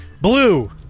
Blue